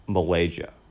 Malaysia